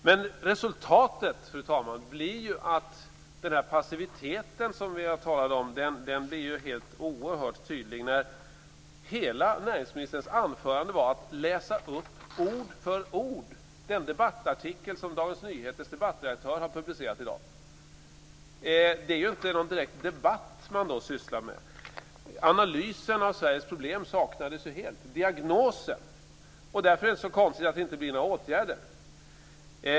Men resultatet, fru talman, blir ju att den passivitet som vi talade om blir oerhört tydlig när näringsministerns hela anförande bestod i att ord för ord läsa upp den debattartikel som Dagens Nyheters debattredaktör har publicerat i dag. Då sysslar man inte med en debatt. Analysen och diagnosen av Sveriges problem saknades helt. Därför är det inte så konstigt att det inte blir några åtgärder.